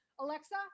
Alexa